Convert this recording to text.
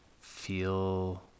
feel